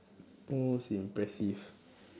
most impressive